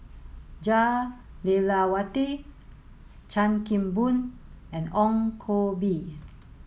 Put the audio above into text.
Jah Lelawati Chan Kim Boon and Ong Koh Bee